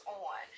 on